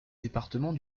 département